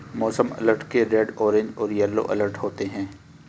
मौसम अलर्ट के red orange और येलो अलर्ट होते हैं